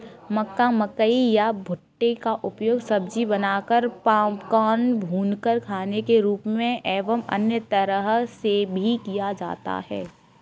मक्का, मकई या भुट्टे का उपयोग सब्जी बनाकर, पॉपकॉर्न, भूनकर खाने के रूप में एवं अन्य तरह से भी किया जाता है